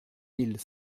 mille